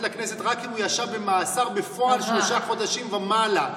לכנסת רק אם הוא ישב במאסר בפועל שלושה חודשים ומעלה.